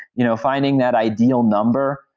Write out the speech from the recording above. you know finding that ideal number,